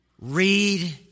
read